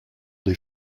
des